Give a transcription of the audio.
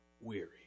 weary